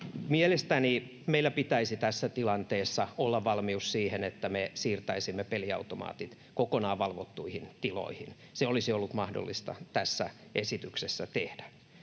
Mielestäni meillä pitäisi tässä tilanteessa olla valmius siihen, että me siirtäisimme peliautomaatit kokonaan valvottuihin tiloihin. Se olisi ollut mahdollista tässä esityksessä tehdä.